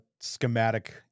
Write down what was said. schematic